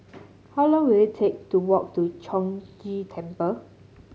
how long will it take to walk to Chong Ghee Temple